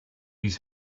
his